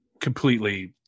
completely